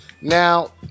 Now